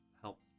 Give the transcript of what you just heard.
help